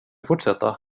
fortsätta